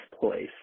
place